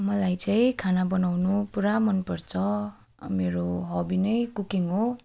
मलाई चाहिँ खाना बनाउनु पुरा मनपर्छ मेरो हबी नै कुकिङ हो